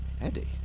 Eddie